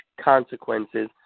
consequences